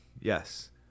Yes